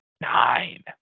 Nine